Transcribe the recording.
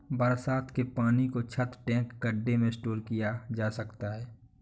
बरसात के पानी को छत, टैंक, गढ्ढे में स्टोर किया जा सकता है